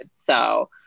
So-